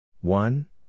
One